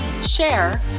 share